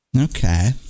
Okay